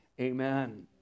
Amen